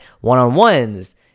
one-on-ones